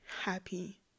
happy